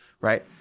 right